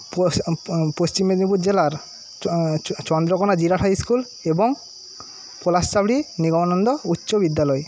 পশ্চ পশ্চিম মেদিনীপুর জেলার চ চন্দ্রকোনা জেলা হাইস্কুল এবং পলাশসাবড়ি নিগমানন্দ উচ্চ বিদ্যালয়